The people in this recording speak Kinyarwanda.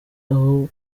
aho